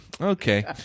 Okay